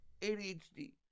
ADHD